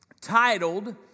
titled